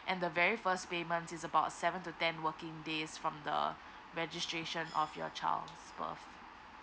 and the very first payment is about seven to ten working days from the registration of your child's birth